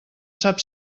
sap